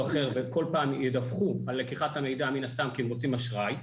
אחר וכל פעם ידווחו על לקיחת המידע מן הסתם כי הם רוצים אשראי,